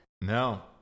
No